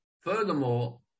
furthermore